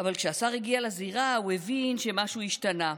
אבל כשהשר הגיע לזירה הוא הבין שמשהו השתנה,